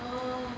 oh